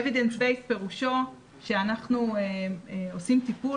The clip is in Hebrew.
Evidence based פירושו שאנחנו עושים טיפול